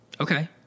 Okay